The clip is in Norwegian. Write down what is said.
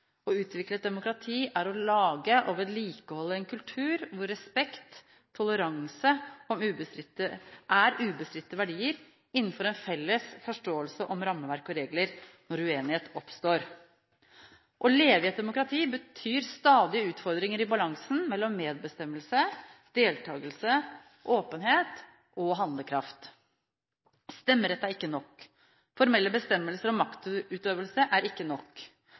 Å utvikle et demokrati er å lage og vedlikeholde en kultur hvor respekt og toleranse er ubestridte verdier innenfor en felles forståelse av rammeverk og regler når uenighet oppstår. Å leve i et demokrati betyr stadige utfordringer i balansen mellom medbestemmelse, deltakelse, åpenhet og handlekraft. Stemmerett er ikke nok. Formelle bestemmelser om maktutøvelse er ikke nok.